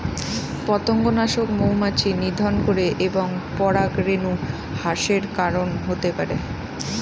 পতঙ্গনাশক মৌমাছি নিধন করে এবং পরাগরেণু হ্রাসের কারন হতে পারে